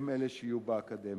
הם אלה שיהיו באקדמיה,